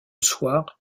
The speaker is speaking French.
soir